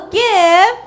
give